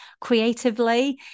creatively